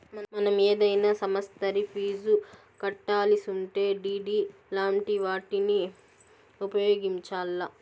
మనం ఏదైనా సమస్తరి ఫీజు కట్టాలిసుంటే డిడి లాంటి వాటిని ఉపయోగించాల్ల